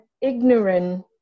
ignorant